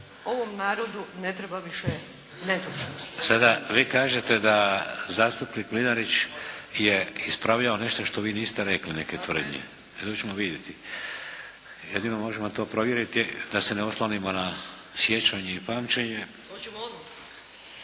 Ovom narodu ne treba više netočnosti. **Šeks, Vladimir (HDZ)** Sada vi kažete da zastupnik Mlinarić je ispravljao nešto što vi niste rekli neke tvrdnje. To ćemo vidjeti. Jedino možemo to provjeriti da se ne oslonimo na sjećanje i pamćenje.